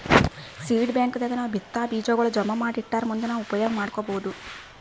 seed ಬ್ಯಾಂಕ್ ದಾಗ್ ನಾವ್ ಬಿತ್ತಾ ಬೀಜಾಗೋಳ್ ಜಮಾ ಮಾಡಿ ಇಟ್ಟರ್ ಮುಂದ್ ನಾವ್ ಉಪಯೋಗ್ ಮಾಡ್ಕೊಬಹುದ್